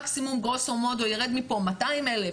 מקסימום גרוסו מודו יירד מפה 200,000,